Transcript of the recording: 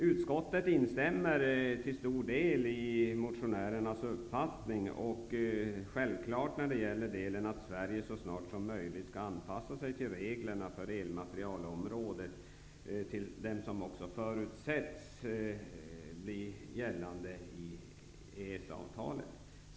Utskottet delar till stor del motionärernas uppfattning och självklart i vad gäller att Sverige så snart som möjligt skall anpassa sig efter reglerna på elmaterialområdet inom EG, som också förutsätts bli gällande enligt EES-avtalet.